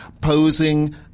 posing